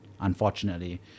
unfortunately